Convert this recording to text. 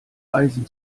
eisen